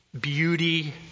beauty